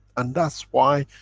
and that's why,